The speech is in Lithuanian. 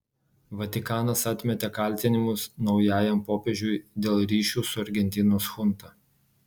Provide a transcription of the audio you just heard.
vatikanas atmetė kaltinimus naujajam popiežiui dėl ryšių su argentinos chunta